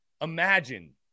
imagine